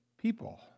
people